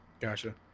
Gotcha